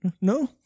No